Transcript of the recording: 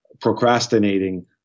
procrastinating